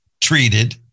treated